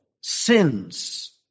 sins